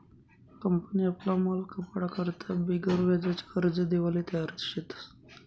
company आपला माल खपाडा करता बिगरव्याजी कर्ज देवाले तयार शेतस